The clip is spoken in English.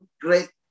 great